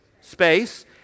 space